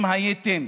אם הייתם